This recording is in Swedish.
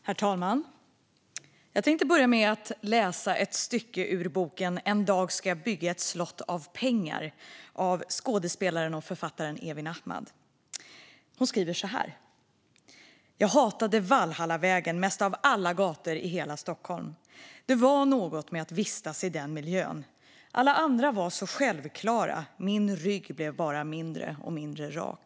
Herr talman! Jag tänkte börja med att läsa ett stycke ur boken En dag ska jag bygga ett slott av pengar av skådespelaren och författaren Evin Ahmad. Hon skriver så här: "Jag hatade Valhallavägen. Mest av alla gator i hela Stockholm. Det var något med att vistas i den miljön. Alla andra var så självklara. Min rygg blev bara mindre och mindre rak.